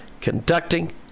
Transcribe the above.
conducting